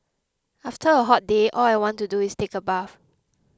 after a hot day all I want to do is take a bath